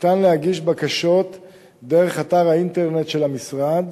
ניתן להגיש בקשות דרך אתר האינטרנט של המשרד.